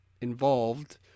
involved